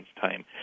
time